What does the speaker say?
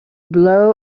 blow